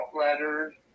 letters